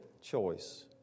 choice